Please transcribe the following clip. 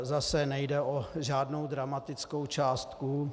Zase nejde o žádnou dramatickou částku.